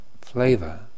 flavor